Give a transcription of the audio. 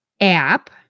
app